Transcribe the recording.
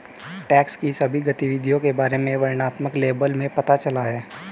tax की सभी गतिविधियों के बारे में वर्णनात्मक लेबल में पता चला है